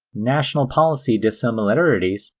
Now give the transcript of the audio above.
national policy dissimilarities,